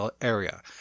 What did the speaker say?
area